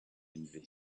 investing